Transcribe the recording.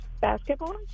Basketball